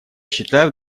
считаю